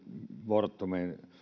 fortum